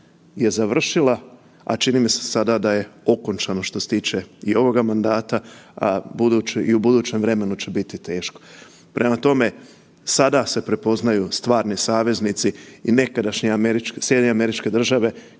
je završila, a čini mi se sada da je okončano što se tiče i ovoga mandata i u budućem vremenu će biti teško. Prema tome, sada se prepoznaju stvarni saveznici i nekadašnje SAD koje